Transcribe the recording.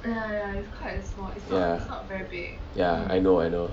ya ya I know I know